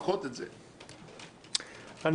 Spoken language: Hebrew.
אני